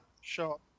Shot